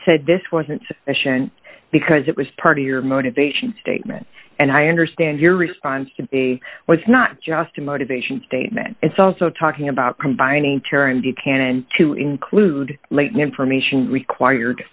said this wasn't sufficient because it was part of your motivation statement and i understand your response to be was not just a motivation statement it's also talking about combining tearing the canon to include late information required